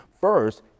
first